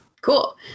Cool